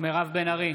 מירב בן ארי,